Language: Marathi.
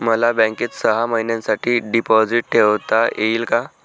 मला बँकेत सहा महिन्यांसाठी डिपॉझिट ठेवता येईल का?